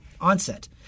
onset